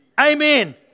Amen